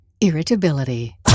irritability